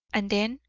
and then,